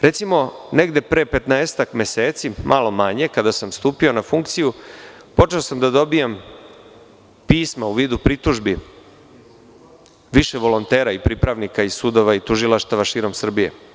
Recimo, negde pre petnaestak meseci, malo manje, kada sam stupio na funkciju, počeo sam da dobijam pisma, u vidu pritužbi, više volontera i pripravnika iz sudova i tužilaštava širom Srbije.